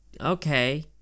okay